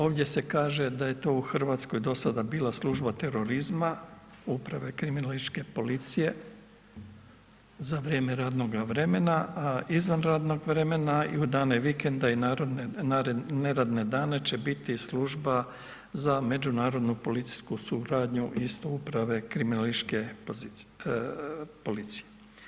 Ovdje se kaže da je to u Hrvatskoj do sada bila služba terorizma, uprave kriminalističke policije za vrijeme radnoga vremena a izvan radnog vremena i u dane vikenda i neradne dane će biti služba za međunarodnu policijsku suradnju isto uprave kriminalističke policije.